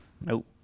Nope